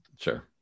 sure